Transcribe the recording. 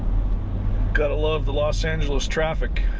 gotta love the los angeles traffic!